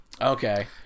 Okay